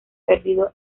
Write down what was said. perdido